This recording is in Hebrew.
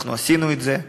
אנחנו עשינו את זה,